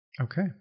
Okay